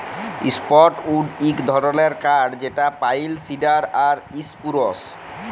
softwood ইক ধরলের কাঠ যেট পাইল, সিডার আর ইসপুরুস